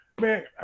man